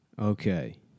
Okay